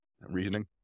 Reasoning